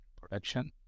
production